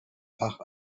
fach